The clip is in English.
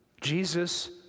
Jesus